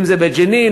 אם בג'נין,